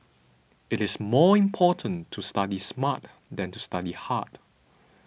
it is more important to study smart than to study hard